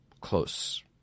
close